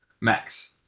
Max